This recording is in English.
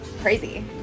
crazy